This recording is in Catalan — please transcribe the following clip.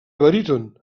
baríton